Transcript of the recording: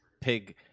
pig